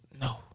No